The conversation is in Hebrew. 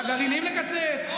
לגרעינים לקצץ?